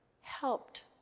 helped